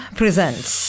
presents